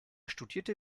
studierte